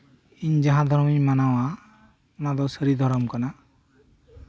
ᱤᱧ ᱡᱟᱦᱟᱸ ᱫᱷᱚᱨᱚᱢᱤᱧ ᱢᱟᱱᱟᱣᱟ ᱚᱱᱟ ᱫᱚ ᱥᱟᱹᱨᱤ ᱫᱷᱚᱨᱚᱢ ᱠᱟᱱᱟ